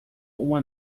uma